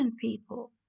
people